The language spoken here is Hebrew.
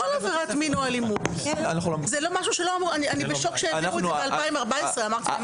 אני בשוק שהעבירו את זה ב-2014.